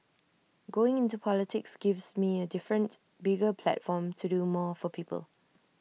going into politics gives me A different bigger platform to do more for people